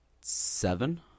seven